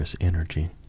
energy